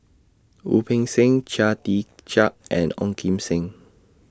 Wu Peng Seng Chia Tee Chiak and Ong Kim Seng